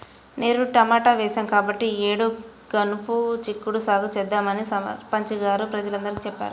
నిరుడు టమాటా వేశాం కాబట్టి ఈ యేడు గనుపు చిక్కుడు సాగు చేద్దామని సర్పంచి గారు గ్రామ ప్రజలందరికీ చెప్పారు